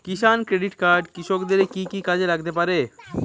কিষান credit card কৃষকের কি কি কাজে লাগতে পারে?